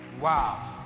Wow